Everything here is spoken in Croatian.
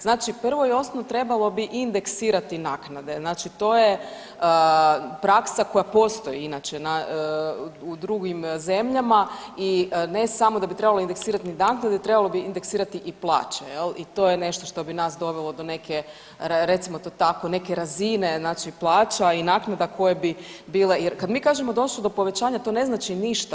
Znači prvo i osnovno, trebalo bi indeksirati naknade, znači to je praksa koja postoji inače u drugim zemljama i ne samo da bi trebalo indeksirati naknade, trebalo bi indeksirati i plaće, je li, i to je nešto što bi nas dovelo do neke, recimo to tako, neke razine znači plaća i naknada koje bi bile, jer kad mi kažemo došlo je do povećanja, to ne znači ništa.